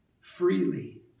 freely